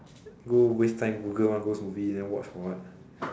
go waste time google one ghost movie then watch for what